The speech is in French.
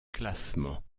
classement